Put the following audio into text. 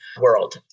world